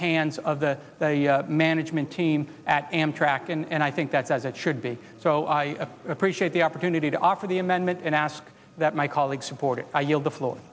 hands of the management team at amtrak and i think that's as it should be so i appreciate the opportunity to offer the amendment and ask that my colleagues support it i yield the floor